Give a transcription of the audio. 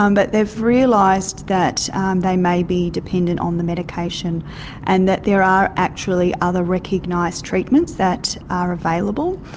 um but they've realised that they may be dependent on the medication and that there are actually other recognised treatments that are available.